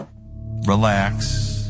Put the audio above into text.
Relax